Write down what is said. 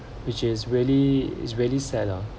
which is really is really sad ah